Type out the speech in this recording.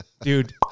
Dude